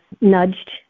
nudged